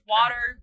water